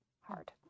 hard